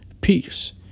peace